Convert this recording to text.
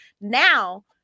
Now